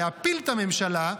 להפיל את הממשלה,